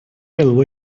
will